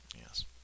Yes